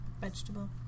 vegetable